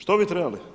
Što bi trebali?